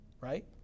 right